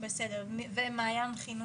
בסדר ומעיין חינוך?